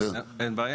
אז אין בעיה.